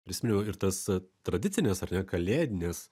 prisiminiau ir tas tradicines ar ne kalėdines